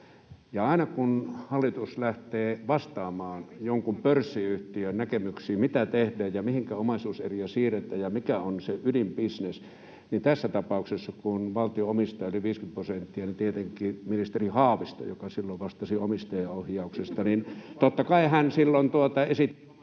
aina kun hallitus lähtee vastaamaan jonkun pörssiyhtiön näkemyksiin, mitä tehdään ja mihinkä omaisuuseriä siirretään ja mikä on se ydinbisnes, niin tässä tapauksessa, kun valtio omistaa yli 50 prosenttia, niin tietenkin ministeri Haavisto, joka silloin vastasi omistajaohjauksesta, totta kai silloin esitti